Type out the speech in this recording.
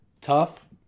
tough